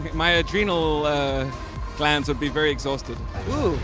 my adrenal glands would be very exhausted.